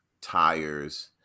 tires